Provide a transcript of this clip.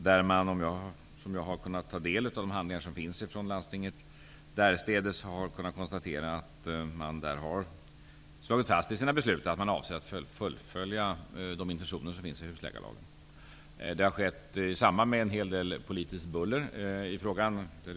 I de handlingar från landstinget därstädes som jag har kunnat ta del av har jag konstaterat att man i sina beslut har slagit fast att man avser att fullfölja intentionerna i husläkarlagen. Det har skett i samband med en hel del politiskt buller i frågan.